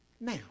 Now